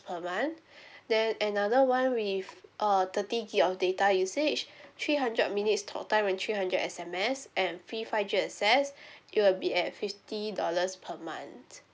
per month then another one with uh thirty gig of data usage three hundred minutes talk time and three hundred S_M_S and free five G access it will be at fifty dollars per month